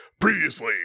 previously